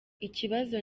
ikibazo